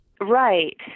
Right